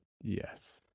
Yes